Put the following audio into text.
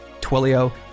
Twilio